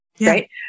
right